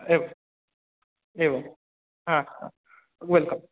एव् एवं हा वेल्कम्